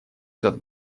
этот